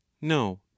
no